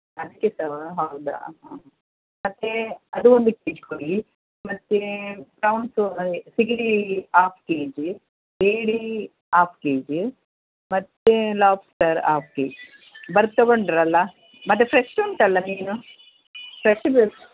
ಅದಕ್ಕೆ ಸಹ ವಾ ಹೌದಾ ಹಾಂ ಮತ್ತೆ ಅದು ಒಂದು ಕೆ ಜಿ ಕೊಡಿ ಮತ್ತೆ ಪ್ರೌನ್ಸು ಸಿಗಡಿ ಹಾಫ್ ಕೆ ಜಿ ಏಡಿ ಹಾಫ್ ಕೆ ಜಿ ಮತ್ತೆ ಲಾಬ್ಸ್ಟರ್ ಹಾಫ್ ಕೆ ಜಿ ಮತ್ತೆ ಫ್ರೆಶ್ ಉಂಟಲ್ಲಾ ಮೀನು ಫ್ರೆಶ್ ಬೇಕು